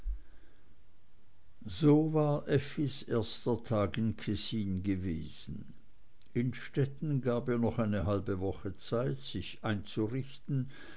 so war effis erster tag in kessin gewesen innstetten gab ihr noch eine halbe woche zeit sich einzurichten